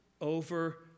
over